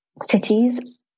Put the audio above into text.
cities